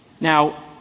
Now